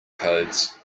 codes